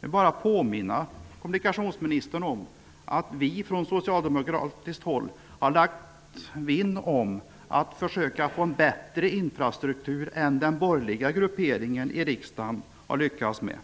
Jag vill påminna kommunikationsministern om att vi från socialdemokratiskt håll har vinnlagt oss om att försöka få en bättre infrastruktur än vad den borgerliga gruppen i riksdagen har lyckats med.